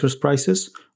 prices